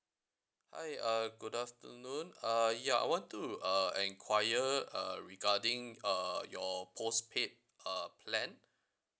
hi uh good afternoon uh ya I want to uh enquiry uh regarding uh your post paid uh plan